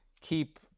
keep